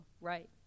Right